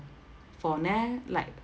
for like